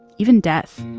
even death.